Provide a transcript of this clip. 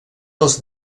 els